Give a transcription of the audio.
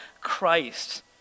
Christ